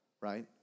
right